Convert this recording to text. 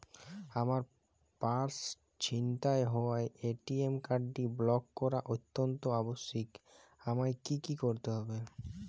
আমার পার্স ছিনতাই হওয়ায় এ.টি.এম কার্ডটি ব্লক করা অত্যন্ত আবশ্যিক আমায় কী কী করতে হবে?